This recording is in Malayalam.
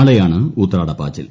നാളെയാണ് ഉത്രാടപ്പാച്ചിൽ